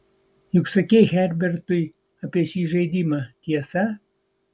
juk sakei herbertui apie šį žaidimą tiesa